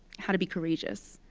how to be courageous.